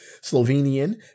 Slovenian